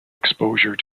exposure